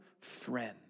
friend